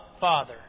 Father